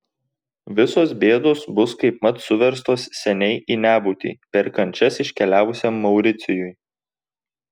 visos bėdos bus kaipmat suverstos seniai į nebūtį per kančias iškeliavusiam mauricijui